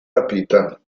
rapita